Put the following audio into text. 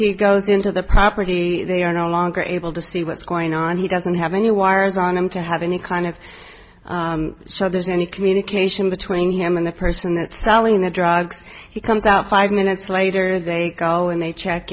he goes into the property they are no longer able to see what's going on he doesn't have any wires on him to have any kind of show there's any communication between him and the person that selling the drugs he comes out five minutes later they go and they check